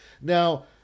Now